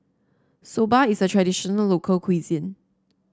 soba is a traditional local cuisine